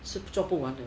是做不完的